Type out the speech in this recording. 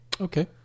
Okay